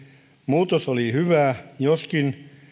muutos oli hyvä joskin